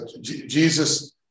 Jesus